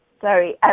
Sorry